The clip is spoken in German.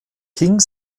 king